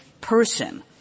person